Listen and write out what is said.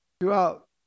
throughout